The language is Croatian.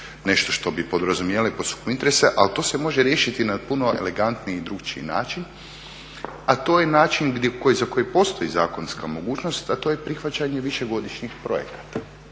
nešto što bi podrazumijevali pod sukob interesa ali to se može riješiti na puno elegantniji i drukčiji način, a to je način za koji postoji zakonska mogućnost, a to je prihvaćanje višegodišnjih projekata